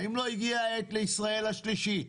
האם לא הגיע העת לישראל השלישית?